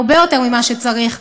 הרבה יותר ממה שצריך.